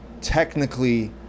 technically